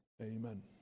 Amen